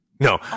No